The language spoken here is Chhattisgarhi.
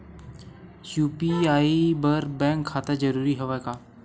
यू.पी.आई बर बैंक खाता जरूरी हवय का?